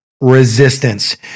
resistance